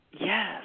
Yes